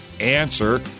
answer